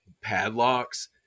padlocks